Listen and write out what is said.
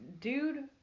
dude